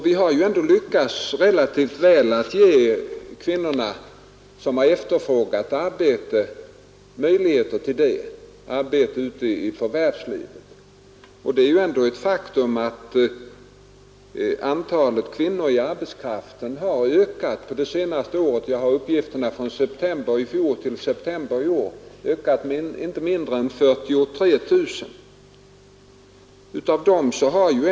Vi har ju ändå lyckats relativt väl att ge de kvinnor som har efterfrågat arbete möjligheter till sysselsättning ute i förvärvslivet. Det är ju ändå ett faktum att antalet kvinnor på arbetsmarknaden har ökat under det senaste året — jag har uppgifterna från september i fjol till september i år — med inte mindre än 43 000.